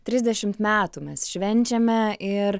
trisdešimt metų mes švenčiame ir